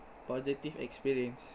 positive experience